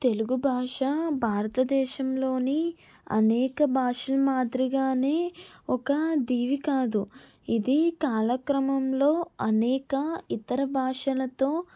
తెలుగు భాష భారతదేశంలోని అనేక భాషలు మాత్రిగానే ఒక దీవి కాదు ఇది కాలక్రమంలో అనేక ఇతర భాషలతో